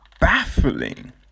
baffling